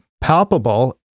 palpable